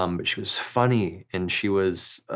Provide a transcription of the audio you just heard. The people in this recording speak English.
um but she was funny, and she was